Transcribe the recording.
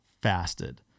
fasted